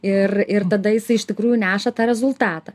ir ir tada jisai iš tikrųjų neša tą rezultatą